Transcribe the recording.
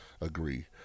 agree